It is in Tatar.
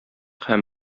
һәм